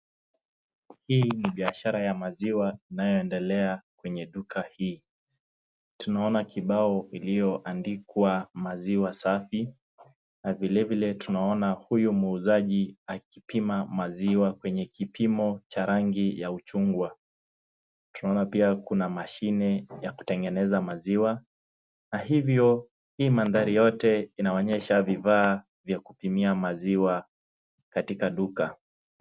Hii ni biashara ya maziwa inayoendelea kwenye duka hii. Tunaona kibao iliyoandikwa maziwa safi na vile vile tunaon ahuyu muuzaji akipima maziwa kwenye kipimo cha rangi ya uchungwa. Tunaona pia kuna mashine ya kutengeneza maziwa na hivyo hii mandhari yote inaonyesha vifaa vya kupimia maziwa katika duka.